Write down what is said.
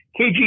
KG